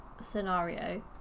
scenario